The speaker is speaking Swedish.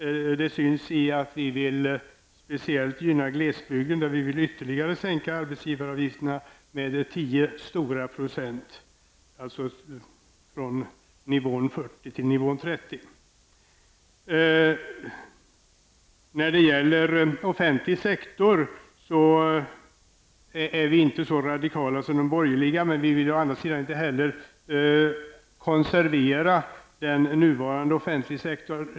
Det märks i att vi speciellt vill gynna glesbygden, där vi vill sänka arbetsgivaravgifterna med ytterligare 10 stora procent, dvs. från 40 % till Vi är inte så radikala som de borgerliga när det gäller den offentliga sektorn, men vi vill å andra sidan inte heller konservera den nuvarande offentliga sektorn.